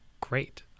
great